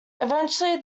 eventually